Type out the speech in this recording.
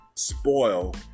Spoil